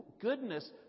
goodness